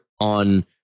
on